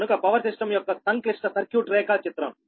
కనుక power system యొక్క సంక్లిష్ట సర్క్యూట్ రేఖాచిత్రం